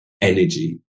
energy